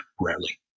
rarely